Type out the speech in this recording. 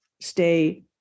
stay